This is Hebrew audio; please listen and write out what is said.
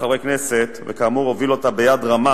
רשת האינטרנט, אדוני היושב-ראש,